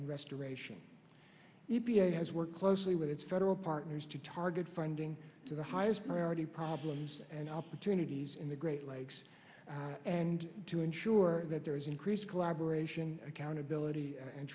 and restoration e p a has worked closely with its federal partners to target funding to the highest priority problems and opportunities in the great lakes and to ensure that there is increased collaboration accountability and